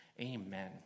amen